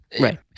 Right